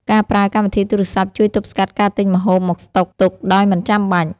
ការប្រើកម្មវិធីទូរសព្ទ ជួយទប់ស្កាត់ការទិញម្ហូបមកស្តុកទុកដោយមិនចាំបាច់។